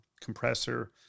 compressor